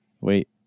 Wait